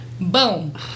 Boom